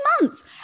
months